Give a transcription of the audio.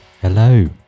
Hello